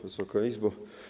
Wysoka Izbo!